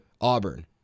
Auburn